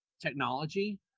technology